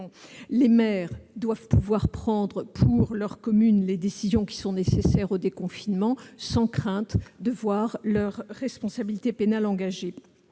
les maires doivent pouvoir prendre pour leur commune les décisions qui sont nécessaires au déconfinement, sans crainte de voir leur responsabilité pénale engagée.